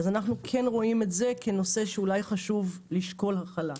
אז אנחנו כן רואים את זה כנושא שאולי חשוב לשקול החלה.